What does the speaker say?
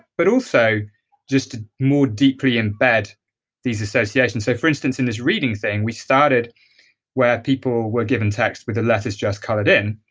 but also just to more deeply embed these associations so for instance, in this reading thing, we started where people were given text with the letters just colored ink,